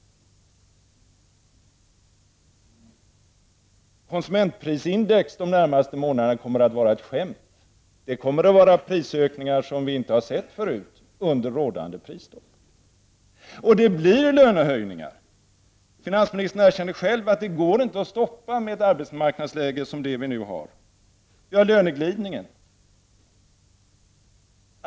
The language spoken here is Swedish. Konsumentprisindex kommer att vara ett skämt under de närmaste månaderna. Det kommer att bli prishöjningar som vi tidigare inte har sett maken till — under rådande prisstopp. Det blir lönehöjningar. Finansministern erkänner själv att det inte går att stoppa lönehöjningar med det arbetsmarknadsläge som vi nu har. Vi har löneglidningen.